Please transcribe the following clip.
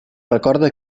recorda